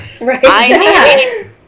Right